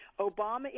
Obama